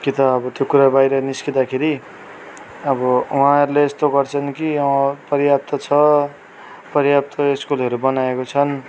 कि त अब त्यो कुरा बाहिर निस्किदाखेरि अब उहाँहरूले यस्तो गर्छन् कि पर्याप्त छ पर्याप्त स्कुलहरू बनाएको छन्